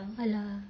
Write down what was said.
!alah!